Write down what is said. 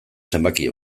zenbaki